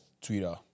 Twitter